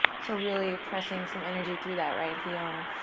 so really pressing some energy through that right heel.